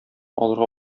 алырга